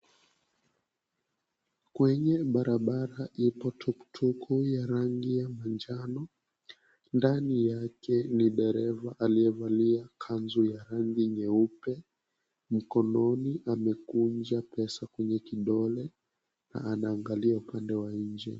Kwenye barabara iko tuktuk ya rangi ya manjano ndani yake ni dereva aliyevalia kanzu ya rangi nyeupe mkononi amekunja pesa kwenye kidole anaangalia upande wa nje.